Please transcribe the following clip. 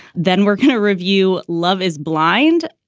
then we're going to review. love is blind,